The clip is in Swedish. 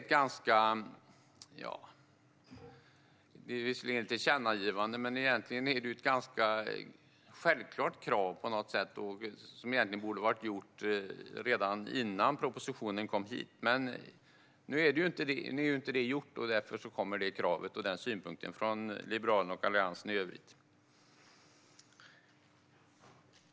Det finns nu visserligen ett tillkännagivande om detta, men egentligen är det ett ganska självklart krav som borde ha varit genomfört redan innan propositionen kom hit. Nu är det inte det, och därför kommer det här kravet och den synpunkten från Liberalerna och från Alliansen i övrigt.